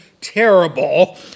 terrible